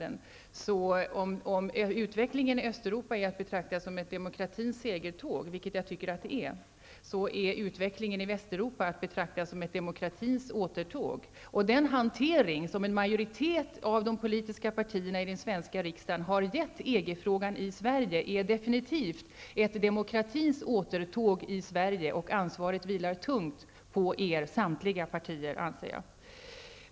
Men om utvecklingen i Östeuropa är att betrakta som demokratins segertåg -- vilket jag också tycker -- är utvecklingen i Västeuropa att betrakta som demokratins återtåg. Den hantering som majoriteten av de politiska partierna i den svenska riksdagen gett EG-frågan i Sverige är definitivt att betrakta som ett demokratins återtåg i Sverige. Ansvaret faller tungt på alla ansvariga partier, anser jag.